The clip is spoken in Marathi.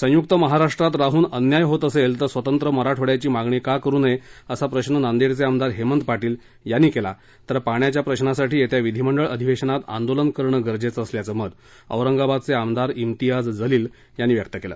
संयुक्त महाराष्ट्रात राहून अन्याय होत असेल तर स्वतंत्र मराठवाङ्याची मागणी का करू नये असा प्रश्न नांदेडचे आमदार हेमंत पाटील यांनी केला तर पाण्याच्या प्रश्नासाठी येत्या विधीमंडळ अधिवेशनात आंदोलन करणं गरजेचं असल्याचं मत औरंगाबादचे आमदार इम्तियाज जलील यांनी व्यक्त केलं